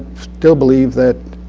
still believe that